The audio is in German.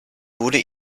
wurde